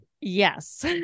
Yes